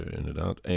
inderdaad